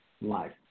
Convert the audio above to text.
life